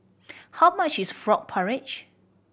how much is frog porridge